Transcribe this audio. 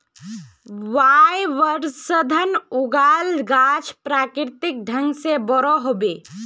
वायवसंवर्धनत उगाल गाछ प्राकृतिक ढंग से बोरो ह बे